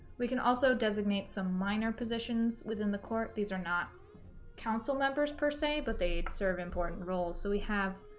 we can also designate some minor positions within the court these are not council members per se but they serve important roles so we have